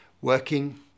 working